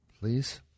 Please